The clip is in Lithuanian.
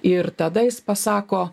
ir tada jis pasako